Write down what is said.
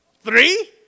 Three